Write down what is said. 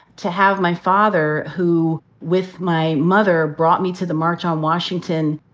to have my father, who with my mother brought me to the march on washington,